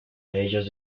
ellos